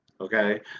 Okay